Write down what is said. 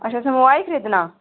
अच्छा अच्छा मोबाइल खरीदना